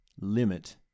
limit